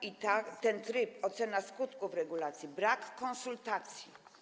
I ten tryb, ocena skutków regulacji, brak konsultacji.